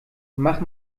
mach